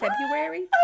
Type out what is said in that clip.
February